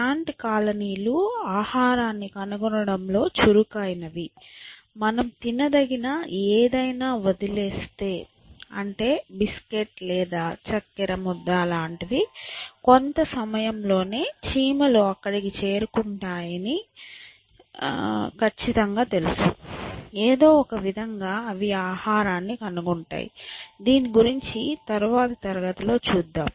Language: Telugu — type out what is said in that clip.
యాంట్ కాలనీలు ఆహారాన్ని కనుగొనడంలో చురుకైనవి మనం తినదగిన ఏదైనా వదిలేస్తే అంటే బిస్కెట్ లేదా చక్కెర ముద్ద లాంటివి కొంత సమయం లోనే చీమలు అక్కడకి చేరుకుంటాయని ఉంటాయని ఖచ్చితంగా తెలుసు ఏదో ఒకవిధంగా అవి ఆ ఆహారాన్ని కనుగొంటాయి దీని గురించి తర్వాతి తరగతి లో చూద్దాం